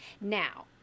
Now